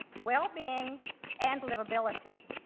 well being and deliverability.